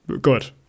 Good